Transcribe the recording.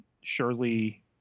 Surely